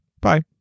Bye